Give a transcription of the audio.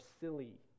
silly